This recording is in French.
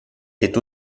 est